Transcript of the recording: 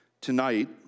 Tonight